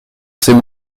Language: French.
c’est